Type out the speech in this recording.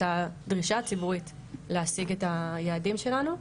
הדרישה הציבורית להשיג את היעדים שלנו.